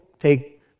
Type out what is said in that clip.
take